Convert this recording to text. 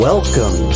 Welcome